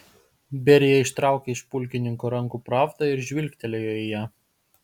berija ištraukė iš pulkininko rankų pravdą ir žvilgtelėjo į ją